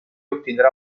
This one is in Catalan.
obtindrà